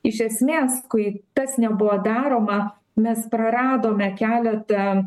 iš esmės kai tas nebuvo daroma mes praradome keletą